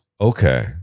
Okay